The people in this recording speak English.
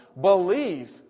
believe